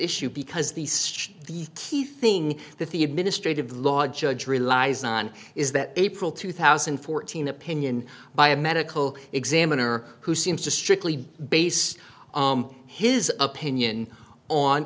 issue because the key thing that the administrative law judge relies on is that april two thousand and fourteen opinion by a medical examiner who seems to strictly base his opinion on